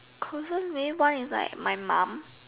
cruises maybe one is like my mum